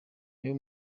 niba